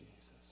jesus